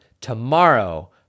tomorrow